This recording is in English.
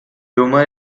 humor